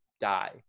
die